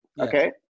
Okay